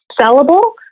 sellable